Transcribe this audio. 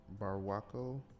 Barwaco